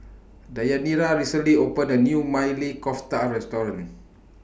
Deyanira recently opened A New Maili Kofta Restaurant